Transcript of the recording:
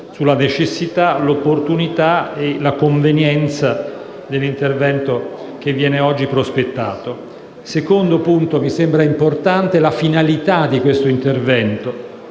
sulla necessità, l'opportunità e la convenienza dell'intervento che viene oggi prospettato. Il secondo punto è che mi sembra importante la finalità di questo intervento.